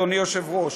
אדוני היושב-ראש.